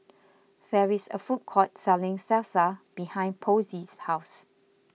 there is a food court selling Salsa behind Posey's house